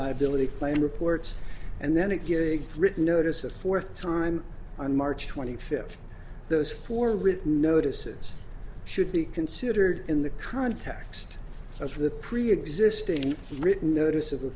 liability claim reports and then it gets written notice a fourth time on march twenty fifth those four written notices should be considered in the context of the preexisting written notice of a